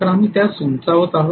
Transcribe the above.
तर आम्ही त्यास उंचावत आहोत